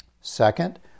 Second